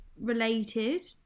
related